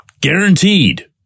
Guaranteed